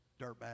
dirtbag